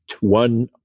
one